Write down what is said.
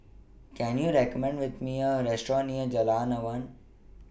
Can YOU recommend Me A Restaurant near Jalan Awan